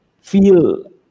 feel